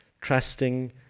trusting